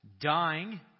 dying